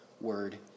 word